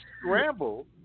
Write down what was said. scramble